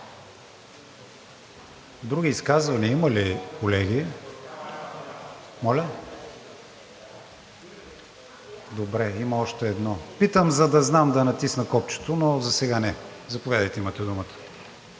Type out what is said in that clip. други изказвания има ли? Моля? Добре, има още едно. Питам, за да знам да натисна копчето, но засега не. Заповядайте, имате думата.